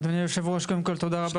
אדוני היו"ר קודם כל תודה רבה.